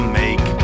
make